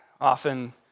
often